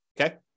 okay